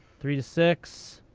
three to six?